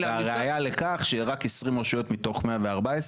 והראייה לכך שרק 20 רשויות מתוך 114,